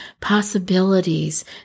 possibilities